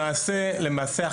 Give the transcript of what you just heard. למעשה,